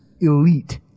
elite